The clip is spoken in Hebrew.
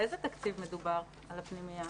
באיזה היקף תקציב מדובר עבור הפנימייה?